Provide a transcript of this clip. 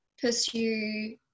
pursue